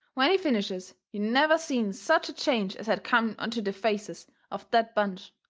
when he finishes you never seen such a change as had come onto the faces of that bunch.